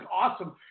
awesome